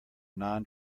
non